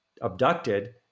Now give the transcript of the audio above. abducted